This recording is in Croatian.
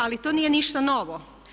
Ali to nije ništa novo.